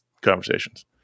conversations